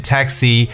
Taxi